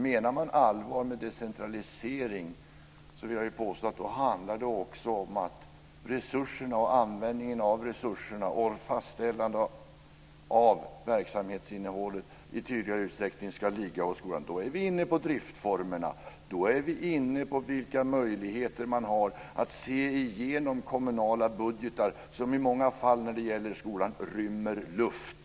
Menar man allvar med decentralisering handlar det också, vill jag påstå, om att resurserna och användningen av dessa samt fastställandet av verksamhetsinnehållet tydligare ska ligga hos skolan, men då är vi inne på driftsformerna och på vilka möjligheter man har att se igenom kommunala budgetar som i många fall när det gäller skolan rymmer luft.